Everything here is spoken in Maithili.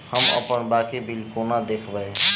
हम अप्पन बाकी बिल कोना देखबै?